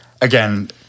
again